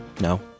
No